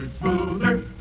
smoother